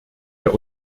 der